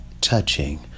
touching